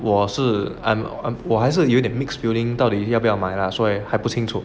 我是 I'm I'm 我还是有点 mixed feeling 到底要不要买啦所以还不清楚